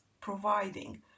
providing